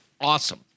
awesome